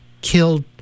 killed